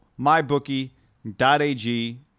mybookie.ag